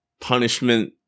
punishment